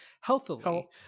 healthily